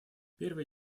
первый